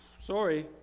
sorry